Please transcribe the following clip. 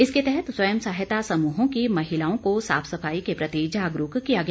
इसके तहत स्वयं सहायता समूहों की महिलाओं को साफ सफाई के प्रति जागरूक किया गया